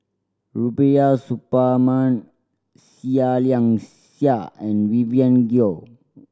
Rubiah Suparman Seah Liang Seah and Vivien Goh